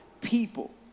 people